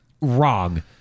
wrong